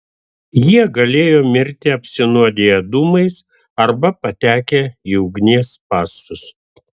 jie galėjo mirti apsinuodiję dūmais arba patekę į ugnies spąstus